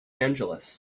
angeles